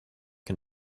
can